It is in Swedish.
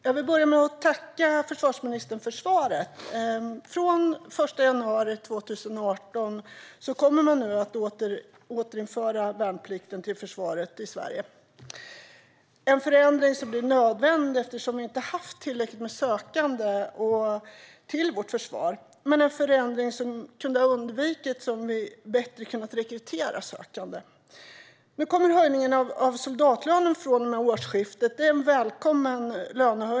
Fru talman! Jag tackar försvarsministern för svaret. Från den 1 jan 2018 kommer man att återinföra värnplikten till försvaret i Sverige. Det är en nödvändig förändring eftersom vi inte har haft tillräckligt med sökande till vårt försvar. Denna förändring kunde dock ha undvikits om vi bättre kunnat rekrytera sökande. Från årsskiftet blir det en höjning av soldatlönen, vilket är välkommet.